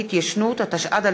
רוברט אילטוב,